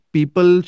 People